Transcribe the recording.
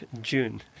June